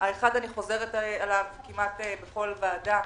אחד, אני חוזרת עליו כמעט בכל ועדה,